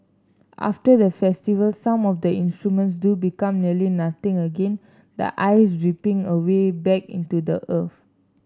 after the festival some of the instruments do become nearly nothing again the ice dripping away back into the earth